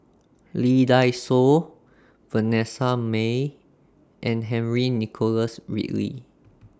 Lee Dai Soh Vanessa Mae and Henry Nicholas Ridley